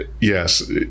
Yes